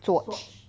Swatch